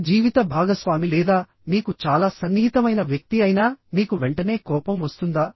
మీ జీవిత భాగస్వామి లేదా మీకు చాలా సన్నిహితమైన వ్యక్తి అయినా మీకు వెంటనే కోపం వస్తుందా